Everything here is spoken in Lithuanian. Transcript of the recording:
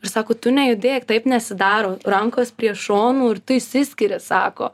ir sako tu nejudėk taip nesidaro rankos prie šonų ir tu išsiskiri sako